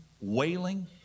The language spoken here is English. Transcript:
wailing